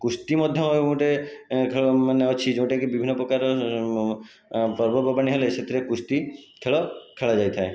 କୁସ୍ତି ମଧ୍ୟ ଗୋଟିଏ ଖେଳ ମାନେ ଅଛି ଯେଉଁଟାକି ବିଭିନ୍ନ ପ୍ରକାର ପର୍ବ ପର୍ବାଣୀ ହେଲେ ସେଥିରେ କୁସ୍ତି ଖେଳ ଖେଳା ଯାଇଥାଏ